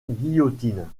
guillotine